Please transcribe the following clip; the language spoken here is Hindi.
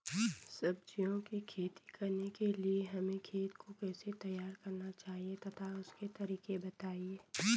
सब्जियों की खेती करने के लिए हमें खेत को कैसे तैयार करना चाहिए तथा उसके तरीके बताएं?